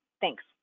Thanks